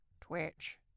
Twitch